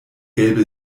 gelbe